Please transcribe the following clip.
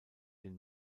den